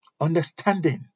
understanding